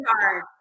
hard